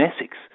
Essex